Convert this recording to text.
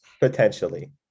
Potentially